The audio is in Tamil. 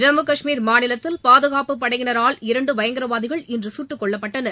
ஜம்மு காஷ்மீர் மாநிலத்தில் பாதுகாப்புப் படையினரால் இரண்டு பயங்கரவாதிகள் இன்று சுட்டுக்கொள்ளப்பட்டனர்